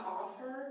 offer